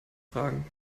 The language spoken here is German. fragen